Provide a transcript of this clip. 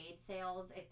sales